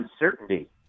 uncertainty